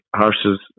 horses